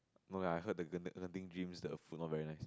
okay I heard the gen~ Genting dreams the food not very nice